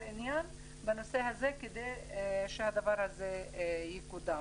עניין בנושא הזה כדי שהדבר הזה יקודם.